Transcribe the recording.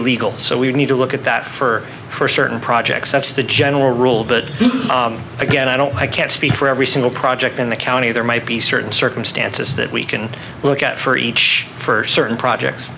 illegal so we need to look at that for for certain projects that's the general rule but again i don't i can't speak for every single project in the county there might be certain circumstances that we can look out for each for certain projects